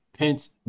Pence